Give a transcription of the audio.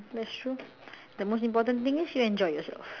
that's true the most important thing is you enjoy yourself